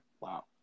Wow